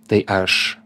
tai aš